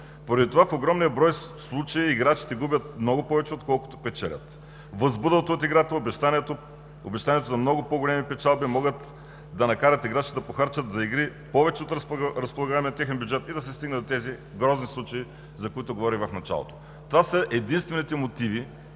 Поради това в огромния брой случаи играчите губят много повече, отколкото печелят. Възбудата от играта, обещанието за много по-големи печалби, могат да накарат играчите да похарчат за игри повече от бюджета, с който разполагат, и да се стигне до тези грозни случаи, за които говорих в началото. Това са единствените мотиви,